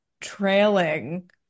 trailing